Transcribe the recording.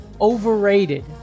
overrated